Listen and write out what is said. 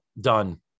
done